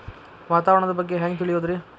ವಾತಾವರಣದ ಬಗ್ಗೆ ಹ್ಯಾಂಗ್ ತಿಳಿಯೋದ್ರಿ?